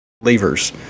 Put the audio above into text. levers